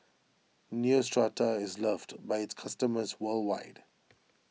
Neostrata is loved by its customers worldwide